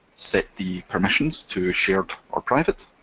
set the permissions to shared or private,